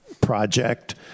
project